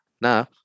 Now